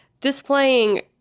displaying